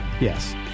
yes